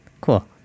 Cool